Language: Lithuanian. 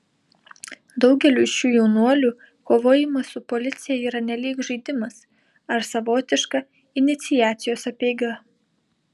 daugeliui šių jaunuolių kovojimas su policija yra nelyg žaidimas ar savotiška iniciacijos apeiga